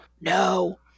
No